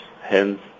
Hence